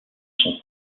sont